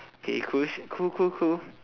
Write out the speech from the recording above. okay cool cool cool cool